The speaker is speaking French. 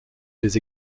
les